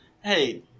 Hey